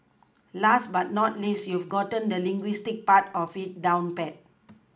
last but not least you've gotten the linguistics part of it down pat